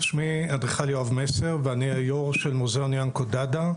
שמי אדריכל יואב מסר ואני היו"ר של מוזיאון "ינקו דדה"